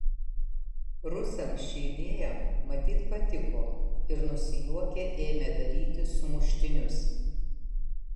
rusams ši idėja matyt patiko ir nusijuokę ėmė daryti sumuštinius